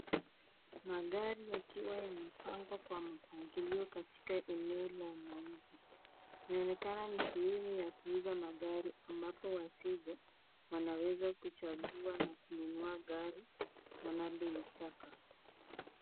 Magari yakiwa yamepangwa kwa mapangilio katikati eneo la mauzo. Inaonekana ni sehemu ya kuuza magari ambapo wateja wanaweza kuchagua na kununua gari wanaloitaka.